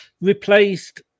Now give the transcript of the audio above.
replaced